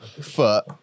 foot